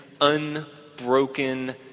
unbroken